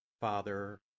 Father